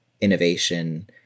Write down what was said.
innovation